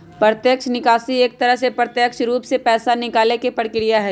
प्रत्यक्ष निकासी एक तरह से प्रत्यक्ष रूप से पैसा निकाले के प्रक्रिया हई